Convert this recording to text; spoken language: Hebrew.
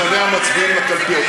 לשנע מצביעים לקלפיות.